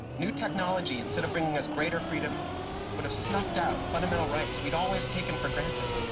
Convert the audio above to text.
new technology instead of bringing us greater freedom would have snuffed out fundamental rights we had always taken for granted.